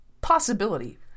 possibility